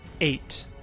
Eight